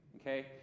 Okay